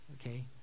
okay